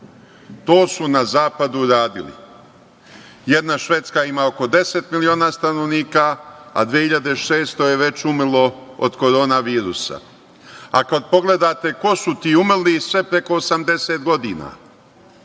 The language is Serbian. To su na zapadu radili. Jedna Švedska ima oko 10 miliona stanovnika, a 2.600 je već umrlo od Korona virusa. A kada pogledate ko su ti umrli, sve preko 80 godina.